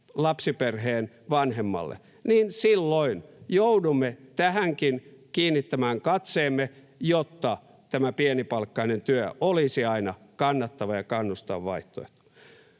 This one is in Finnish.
lapsiperheen vanhemmalle, niin silloin joudumme tähänkin kiinnittämään katseemme, jotta pienipalkkainen työ olisi aina kannattava ja kannustava vaihtoehto.